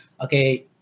okay